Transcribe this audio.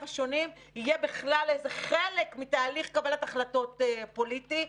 השונים יהיה בכלל איזה חלק מתהליך קבלת החלטות פוליטי.